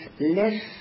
less